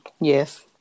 yes